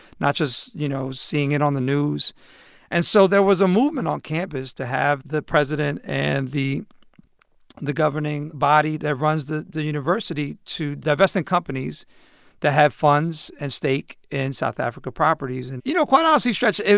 not just, you know, seeing it on the news and so there was a movement on campus to have the president and the the governing body that runs the the university to divest in companies that have funds and stake in south africa properties. and, you know, quite honestly, stretch,